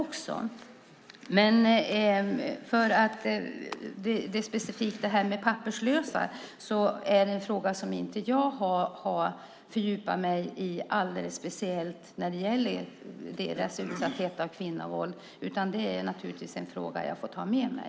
Jag har inte fördjupat mig specifikt i frågan om papperslösa kvinnor och deras speciella utsatthet för våld. Det är naturligtvis en fråga som jag får ta med mig.